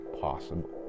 Possible